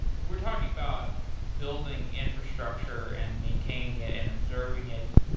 we're talking about building infrastructure and maintaining it and observing it.